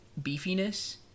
beefiness